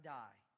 die